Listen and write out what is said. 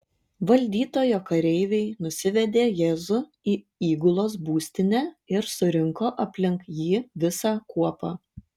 valdytojo kareiviai nusivedė jėzų į įgulos būstinę ir surinko aplink jį visą kuopą